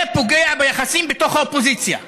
זה פוגע ביחסים בתוך האופוזיציה.